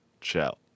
Ciao